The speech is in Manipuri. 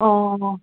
ꯑꯣ